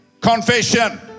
confession